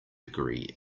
degree